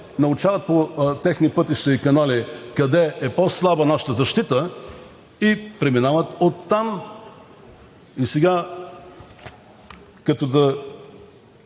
научават по техни пътища и канали къде е по-слаба нашата защита и преминават оттам. Някои